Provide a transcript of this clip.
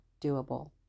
doable